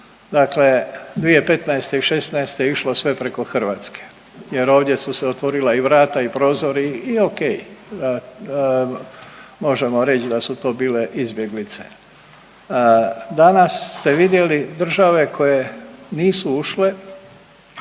dakle 2015. i'16. je išlo sve preko Hrvatske jer ovdje su se otvorila i vrata i prozori i okej, možemo reć da su to bile izbjeglice. Danas ste vidjeli države koje nisu ušle